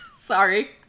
Sorry